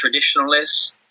traditionalists